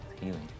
Healing